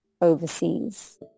overseas